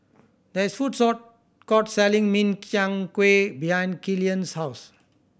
there is a food court selling Min Chiang Kueh behind Killian's house